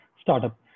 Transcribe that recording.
startup